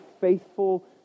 faithful